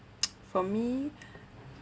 for me